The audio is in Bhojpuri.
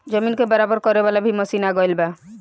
जमीन के बराबर करे वाला भी मशीन आ गएल बा